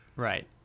right